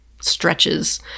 stretches